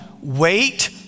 wait